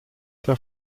der